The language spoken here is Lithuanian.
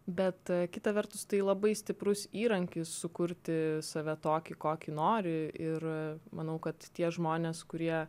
bet kita vertus tai labai stiprus įrankis sukurti save tokį kokį nori ir manau kad tie žmonės kurie